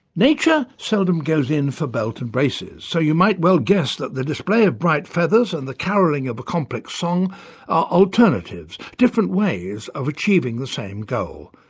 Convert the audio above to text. nature seldom goes in for belt and braces, so you might well guess that the display of bright feathers and the carolling of a complex song are alternatives, different ways of achieving the same goal.